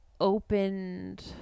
opened